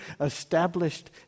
established